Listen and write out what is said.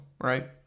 right